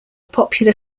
popular